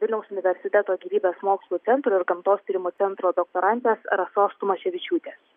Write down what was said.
vilniaus universiteto gyvybės mokslų centro ir gamtos tyrimų centro doktorantės rasos tumaševičiūtės